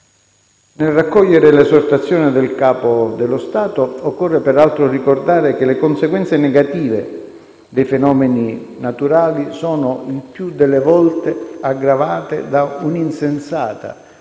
Nel raccogliere l'esortazione del Capo dello Stato, occorre peraltro ricordare che le conseguenze negative dei fenomeni naturali sono, il più delle volte, aggravate da un'insensata